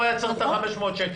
לא היה צריך את ה-500 שקל.